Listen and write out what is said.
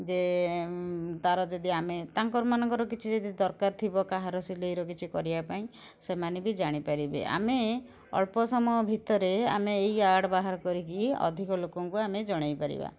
ଯେ ତାର ଯଦି ଆମେ ତାଙ୍କର ମାନଙ୍କର କିଛି ଯଦି ଦରକାର ଥିବ କାହାର ସିଲେଇର କିଛି କରିବା ପାଇଁ ସେମାନେ ବି ଜାଣି ପାରିବେ ଆମେ ଅଳ୍ପ ସମୟ ଭିତରେ ଆମେ ଏଇ ଆଡ଼୍ ବାହାର କରିକି ଅଧିକ ଲୋକଙ୍କୁ ଆମେ ଜଣେଇ ପାରିବା